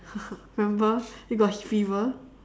remember you got fever